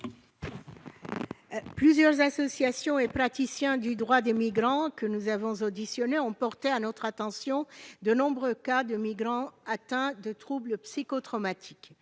Plusieurs associations et plusieurs praticiens du droit des migrants que nous avons entendus ont porté à notre attention de nombreux cas de migrants atteints de troubles psychotraumatiques.